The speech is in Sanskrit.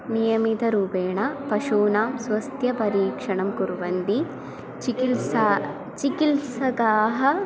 नियमितरूपेण पशूनां स्वास्थ्यपरीक्षणं कुर्वन्ति चिकित्सा चिकित्सकाः